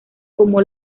como